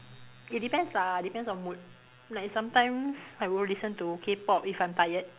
it depends lah depends on mood like sometimes I will listen to K-pop if I'm tired